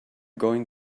going